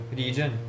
region